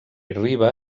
riba